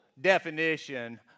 definition